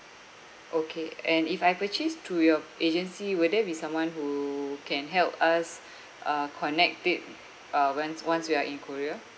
okay and if I purchase through your agency will there be someone who can help us uh connect it uh once once we are in korea